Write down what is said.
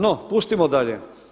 No pustimo dalje.